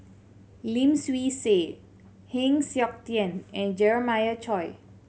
Lim Swee Say Heng Siok Tian and Jeremiah Choy